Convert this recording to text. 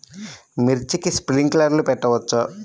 మిర్చికి స్ప్రింక్లర్లు పెట్టవచ్చా?